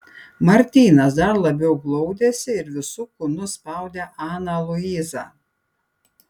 martynas dar labiau glaudėsi ir visu kūnu spaudė aną luizą